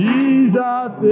Jesus